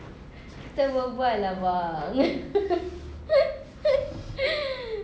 kita berbual lah bang